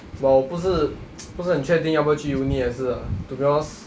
but 我不是 不是很确定要过去 uni 也是 ah to be honest